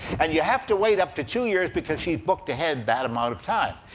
and you have to wait up to two years because she's booked ahead that amount of time.